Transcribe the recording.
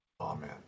amen